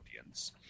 audience